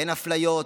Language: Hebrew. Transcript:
אין אפליות,